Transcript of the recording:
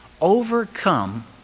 overcome